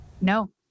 no